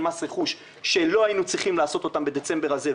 מס רכוש שלא היינו צריכים לעשות אותן בדצמבר הזה.